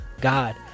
God